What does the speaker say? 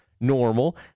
normal